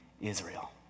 Israel